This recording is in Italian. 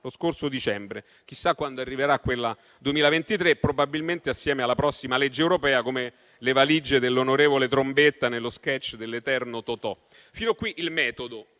lo scorso dicembre. Chissà quando arriverà quella relativa al 2023. Probabilmente arriverà insieme alla prossima legge europea, come le valigie dell'onorevole Trombetta nello *sketch* dell'eterno Totò. Fino a qui il metodo.